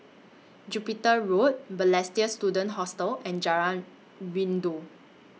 Jupiter Road Balestier Student Hostel and Jalan Rindu